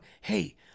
hey